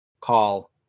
call